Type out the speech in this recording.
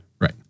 Right